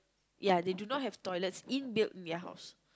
ya they do not have toilets in built in their house